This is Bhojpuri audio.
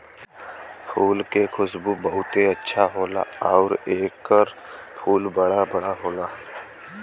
फूल के खुशबू बहुते अच्छा होला आउर एकर फूल बड़ा बड़ा होला